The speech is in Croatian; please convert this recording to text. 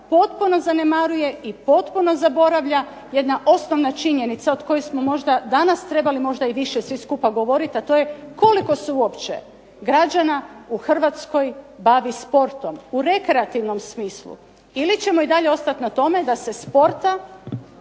potpuno zanemaruje i potpuno zaboravlja jedna osnovna činjenica od koje smo možda trebali danas možda i više svi skupa govoriti, a to je, koliko se uopće građana u Hrvatskoj bavi sportom u rekreativnom smislu? Ili ćemo i dalje ostati na tome da se sporta